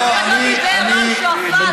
אף אחד לא מדבר על שועפאט,